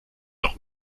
noch